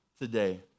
today